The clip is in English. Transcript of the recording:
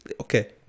Okay